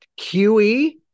QE